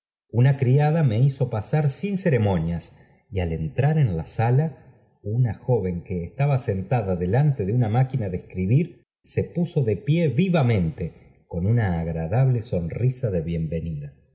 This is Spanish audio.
una criada me hizo pasar sin ceremonías y al entrar en la sala una joven que estaba sentada delante de una máquina de escribir se puso de pie vivamente con una agradable sonrisa de bienvenida